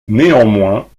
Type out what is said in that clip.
néanmoins